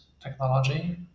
technology